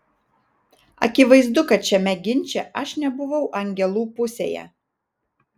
akivaizdu kad šiame ginče aš nebuvau angelų pusėje